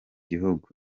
gihugu